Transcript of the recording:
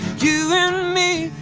you me,